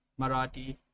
Marathi